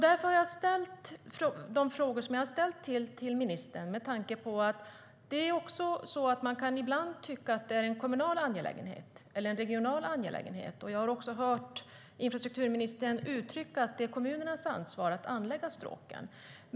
Därför har jag ställt de frågor som jag har ställt till ministern. Man kan ibland tycka att det är en kommunal eller regional angelägenhet, och jag har också hört infrastrukturministern uttrycka att det är kommunernas ansvar att anlägga stråken.